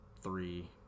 three